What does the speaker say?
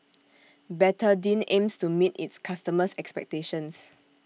Betadine aims to meet its customers' expectations